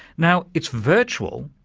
now it's virtual,